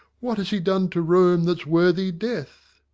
what has he done to rome that's worthy death?